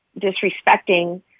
disrespecting